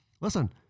Listen